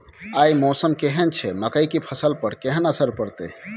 आय मौसम केहन छै मकई के फसल पर केहन असर परतै?